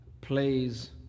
plays